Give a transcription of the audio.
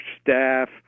staff